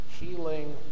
healing